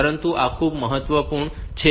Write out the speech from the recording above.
પરંતુ આ ખૂબ જ મહત્વપૂર્ણ છે